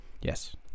Yes